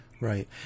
Right